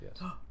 yes